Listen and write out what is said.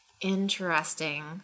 Interesting